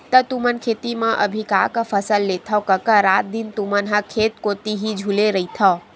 त तुमन खेत म अभी का का फसल लेथव कका रात दिन तुमन ह खेत कोती ही झुले रहिथव?